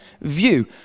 view